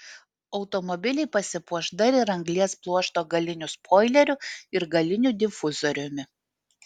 automobiliai pasipuoš dar ir anglies pluošto galiniu spoileriu ir galiniu difuzoriumi